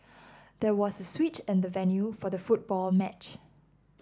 there was a switch in the venue for the football match